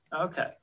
Okay